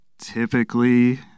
typically